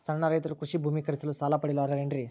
ಸಣ್ಣ ರೈತರು ಕೃಷಿ ಭೂಮಿ ಖರೇದಿಸಲು ಸಾಲ ಪಡೆಯಲು ಅರ್ಹರೇನ್ರಿ?